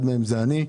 אחד מהם הוא אני,